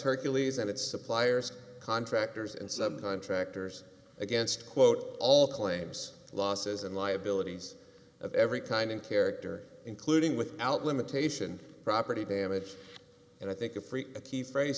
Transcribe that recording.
hercules and its suppliers contractors and subcontractors against quote all claims losses and liabilities of every kind in character including without limitation property damage and i think a freak a key phrase